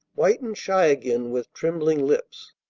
white and shy again, with trembling lips.